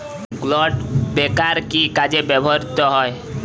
Clod breaker কি কাজে ব্যবহৃত হয়?